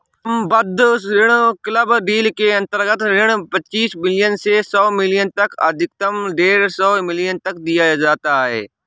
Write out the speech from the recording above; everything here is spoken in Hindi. सम्बद्ध ऋण क्लब डील के अंतर्गत ऋण पच्चीस मिलियन से सौ मिलियन तक अधिकतम डेढ़ सौ मिलियन तक दिया जाता है